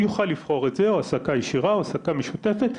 הוא יוכל לבחור או העסקה ישירה, או העסקה משותפת,